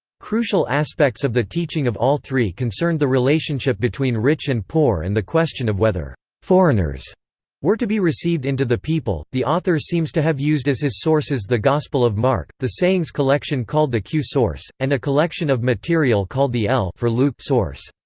crucial aspects of the teaching of all three concerned the relationship between rich and poor and the question of whether foreigners were to be received into the people the author seems to have used as his sources the gospel of mark, the sayings collection called the q source, and a collection of material called the l source.